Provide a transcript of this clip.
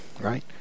Right